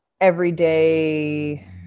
everyday